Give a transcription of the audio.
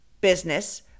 business